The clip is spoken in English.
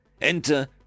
Enter